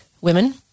women